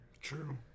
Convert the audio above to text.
True